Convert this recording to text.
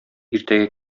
иртәгә